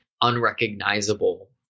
unrecognizable